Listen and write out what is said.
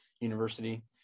university